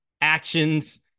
actions